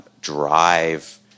drive